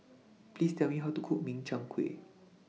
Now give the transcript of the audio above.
Please Tell Me How to Cook Min Chiang Kueh